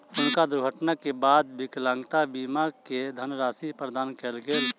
हुनका दुर्घटना के बाद विकलांगता बीमा के धनराशि प्रदान कयल गेल